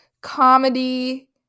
comedy